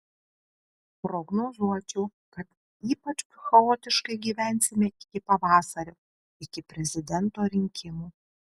prognozuočiau kad ypač chaotiškai gyvensime iki pavasario iki prezidento rinkimų